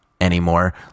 anymore